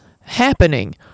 happening